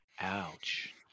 Ouch